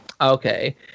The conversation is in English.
Okay